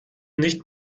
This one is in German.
nicht